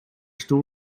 stoel